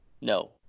No